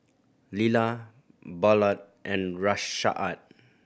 Lila Ballard and Rashaad